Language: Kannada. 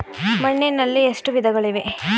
ಮಣ್ಣಿನಲ್ಲಿ ಎಷ್ಟು ವಿಧಗಳಿವೆ?